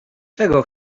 czego